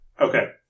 Okay